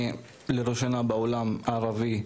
לראשונה בעולם הערבי,